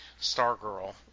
Stargirl